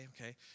okay